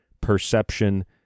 perception